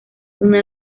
una